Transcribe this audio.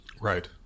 Right